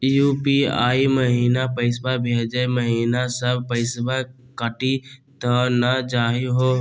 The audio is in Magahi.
यू.पी.आई महिना पैसवा भेजै महिना सब पैसवा कटी त नै जाही हो?